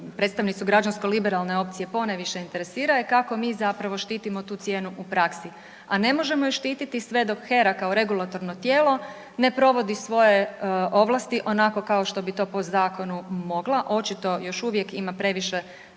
predstavnicu Građansko-liberalne opcije ponajviše interesira je kako mi zapravo štitimo tu cijenu u praksi, a ne možemo ju štititi sve dok HERA kao regulatorno tijelo ne provodi svoje ovlasti onako kao što bi to po zakonu mogla. Očito još uvijek ima previše